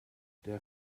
der